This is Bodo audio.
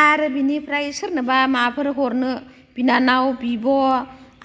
आरो बेनिफ्राय सोरनोबा माबाफोर हरनो बिनानाव बिब'